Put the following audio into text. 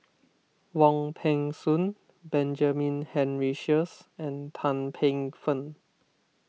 Wong Peng Soon Benjamin Henry Sheares and Tan Paey Fern